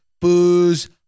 booze